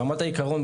ברמת העקרון,